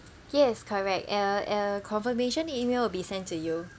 yes correct uh uh confirmation email will be sent to you